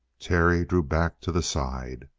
terry drew back to the side.